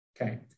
okay